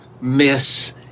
miss